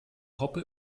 hoppe